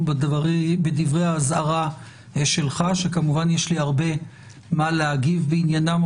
בדברי האזהרה שלך שכמובן יש לי הרבה מה להגיב בעניינם,